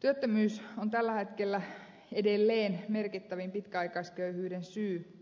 työttömyys on tällä hetkellä edelleen merkittävin pitkäaikaisköyhyyden syy